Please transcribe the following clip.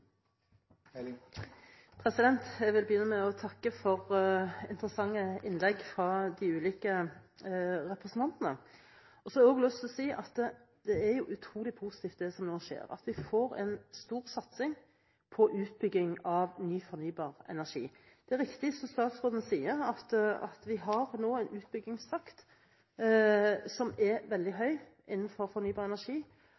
naboland. Jeg vil begynne med å takke for interessante innlegg fra de ulike representantene. Jeg har også lyst til å si at det som nå skjer, er utrolig positivt: Vi får nå en stor satsing på utbygging av ny fornybar energi. Det er riktig som statsråden sier, at vi nå har en utbyggingstakt som er veldig